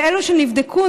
ואלו שנבדקו,